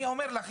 אני אומר לך,